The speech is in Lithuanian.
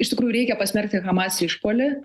iš tikrųjų reikia pasmerkti hamas išpuolį